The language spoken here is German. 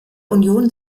union